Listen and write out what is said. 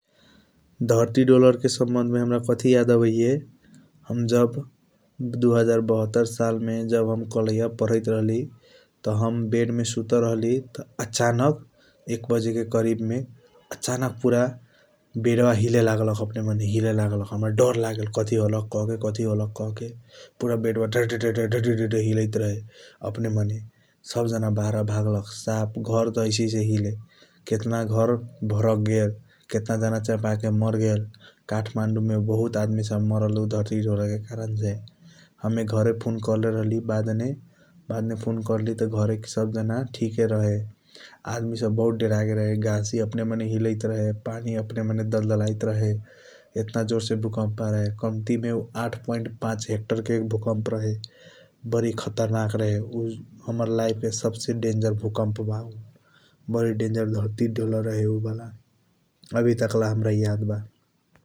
धर्ति दोलल के समयमे कथि याद आवेय हम जब दु हजार बहतर सालमे जब कलैया पधैत रहली। जब हम बेडमे सुतल रहली त् अचानक एक बजेके करीबमे अचानक पुरा बेड्वा हीलेलागल अपनेमाने । हीलेलागल हमरा डर लागेल कथि होलक कह्के कथि होलक कह्के पुरा बेड्वा त्धत्त्धत त्धत्त्धत हीलैत रहे अपनेमाने । सबजना बहरा भग्लक साफ घरत ऐसेऐसे हिले केतना घर भर्कगेल केतना जना चपाके मरगेल काठमाडौँमे बहुत आदमी । सब मरल धर्ति डोलेके कारनसे हमे घरे फोन करले रहली बादमे बादमे फोन कर्लीत् घरेके सबजना ठीके रहे आदमी सब बहुत डेरागेल रहे । गासी अपनेमाने हीलैत रहे पानी अपनेमाने दल्दलाइत रहे इतना जोरसे भुकम आएलरहे कम्तिमे आठ पॉइंट पाच रेक्टरके भुकमरहे । बरी खतरनाक रहे ऊ हमर लाईफके सबसे डेन्जर भुकमबा बडी डेन्जर धर्ति डोलल रहे ऊबाला अभि तक्ला हमारा याद बा ।